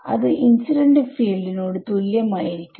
അത് incident field നോട് തുല്യം ആയിരിക്കും